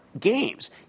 games